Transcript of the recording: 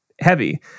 heavy